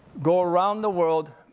go around the world,